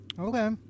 Okay